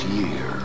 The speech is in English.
year